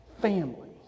family